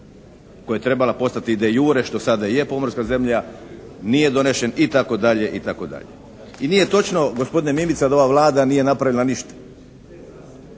koja je trebala postati «de iure» što sada i je pomorska zemlja, nije donesen i tako dalje i tako dalje. I nije točno gospodine Mimica da ova Vlada nije napravila ništa.